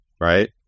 right